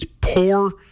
Poor